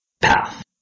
path